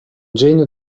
genio